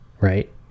right